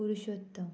Purushottam